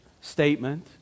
statement